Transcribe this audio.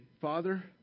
Father